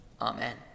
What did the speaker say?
Amen